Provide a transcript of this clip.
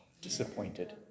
Disappointed